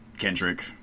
kendrick